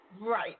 Right